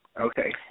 Okay